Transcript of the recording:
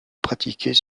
pratiquer